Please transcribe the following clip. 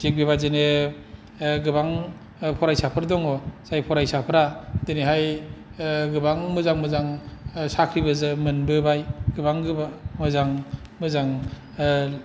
थिग बेबादिनो गोबां फरायसाफोर दङ जाय फरायसाफोरा दिनैहाय गोबां मोजां मोजां साख्रिबो मोनबोबाय गोबां मोजां मोजां